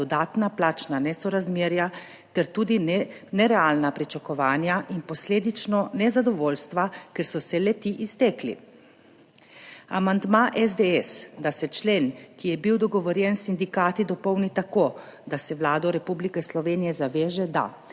dodatna plačna nesorazmerja ter tudi nerealna pričakovanja in posledično nezadovoljstva, ker so se le-ti iztekli. Amandma SDS, da se člen, ki je bil dogovorjen s sindikati, dopolni tako, da se Vlada Republike Slovenije zaveže, da,